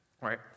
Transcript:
right